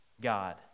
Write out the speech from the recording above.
God